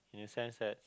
in the sense that